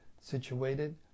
situated